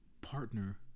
partner